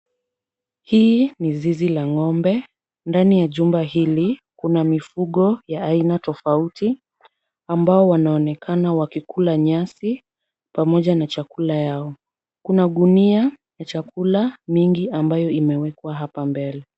Hii ni zizi la ng'ombe. Ndani ya jumba hili kuna mifugo ya aina tofauti ambao wanaonekana wakikula nyasi pamoja na chakula yao. Kuna gunia la chakula mingi ambayo imewekwa hapa mbele.